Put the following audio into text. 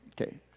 Okay